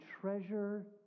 treasure